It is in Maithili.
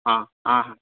हँ हँ